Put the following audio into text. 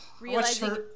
realizing